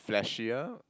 fleshier